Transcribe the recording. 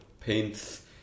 paints